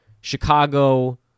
Chicago